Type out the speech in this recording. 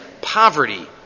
poverty